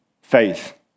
Faith